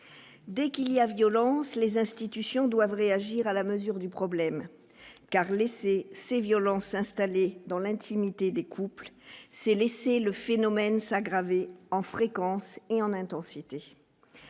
dès qu'il y a violence les institutions doivent réagir à la mesure du problème car laisser ces violences installé dans l'intimité des couples, c'est laisser le phénomène s'aggrave en fréquence et en intensité,